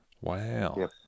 Wow